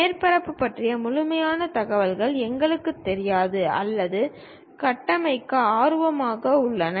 மேற்பரப்பு பற்றிய முழுமையான தகவல்கள் எங்களுக்குத் தெரியாது அல்லது கட்டமைக்க ஆர்வமாக உள்ளன